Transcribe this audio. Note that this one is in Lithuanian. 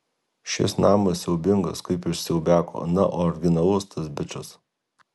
šis namas siaubingas kaip iš siaubiako na originalus tas bičas